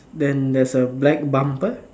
then there's a black bumper